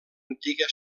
antiga